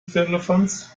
firlefanz